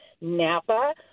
Napa